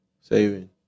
saving